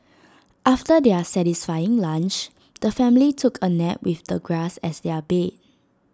after their satisfying lunch the family took A nap with the grass as their bed